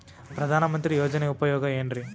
ಪ್ರಧಾನಮಂತ್ರಿ ಯೋಜನೆ ಉಪಯೋಗ ಏನ್ರೀ?